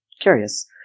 Curious